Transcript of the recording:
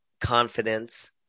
confidence